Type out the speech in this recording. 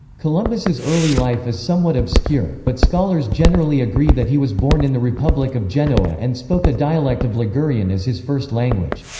columbus's early life is somewhat obscure, but scholars generally agree that he was born in the republic of genoa and spoke a dialect of ligurian as his first language.